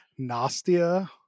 Nastia